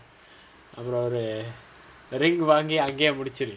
அப்புறம் ஒரு:appuram oru ring வாங்கி அங்கேயே முடிச்சிரு:vaangi angayae mudichiru